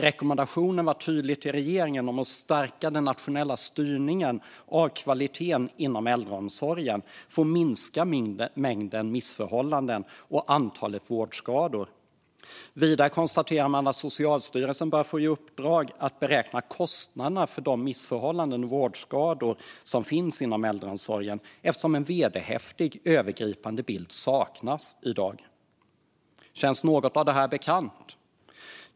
Rekommendationen är tydlig till regeringen om att stärka den nationella styrningen av kvaliteten inom äldreomsorgen för att minska mängden missförhållanden och antalet vårdskador. Vidare konstaterar man att Socialstyrelsen bör få i uppdrag att beräkna kostnaderna för de missförhållanden och vårdskador som finns inom äldreomsorgen, eftersom en vederhäftig övergripande bild saknas i dag. Känns något av det här bekant?